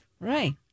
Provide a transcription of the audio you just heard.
Right